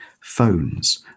phones